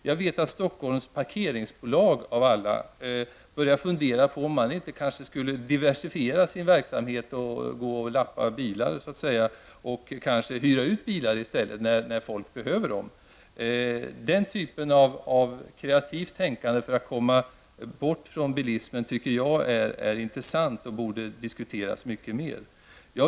T.o.m. Stockholms parkeringsbolag börjar fundera på om man inte skulle diversifiera sin verksamhet och i stället för att ''lappa'' bilar hyra ut när folk behöver hyra en bil. Den typen av kreativt tänkande för att komma bort från bilismen tycker jag är intressant. Sådana möjligheter borde diskuteras mycket mera.